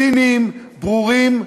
ציניים ברורים,